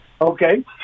okay